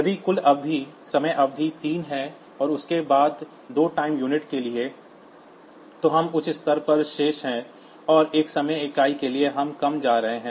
यदि कुल समय अवधि 3 है और उसके बाद दो टाइम यूनिट के लिए है तो हम उच्च स्तर पर शेष हैं और एक समय इकाई के लिए हम कम जा रहे हैं